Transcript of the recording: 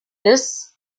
this